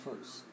first